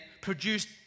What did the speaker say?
produced